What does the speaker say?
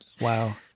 Wow